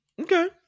okay